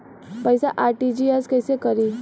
पैसा आर.टी.जी.एस कैसे करी?